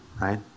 right